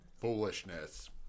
foolishness